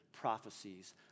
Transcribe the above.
Prophecies